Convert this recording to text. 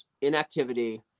inactivity